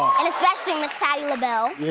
and especially miss patti labelle.